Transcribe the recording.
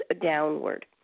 downward